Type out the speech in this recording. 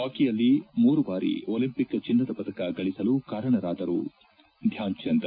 ಹಾಕಿಯಲ್ಲಿ ಮೂರು ಬಾರಿ ಒಲಿಂಪಿಕ್ ಚಿನ್ನದ ಪದಕ ಗಳಿಸಲು ಕಾರಣರಾದವರು ಧ್ಯಾನ್ ಚಂದ್